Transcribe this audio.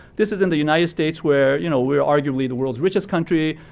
this is in the united states where you know we're arguably the world's richest country,